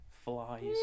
flies